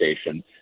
station